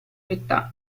città